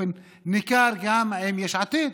גם עם יש עתיד.